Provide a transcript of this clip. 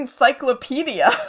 Encyclopedia